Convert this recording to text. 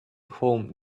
home